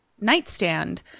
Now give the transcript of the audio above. nightstand